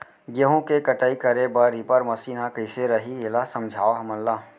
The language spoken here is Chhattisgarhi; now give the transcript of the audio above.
गेहूँ के कटाई करे बर रीपर मशीन ह कइसे रही, एला समझाओ हमन ल?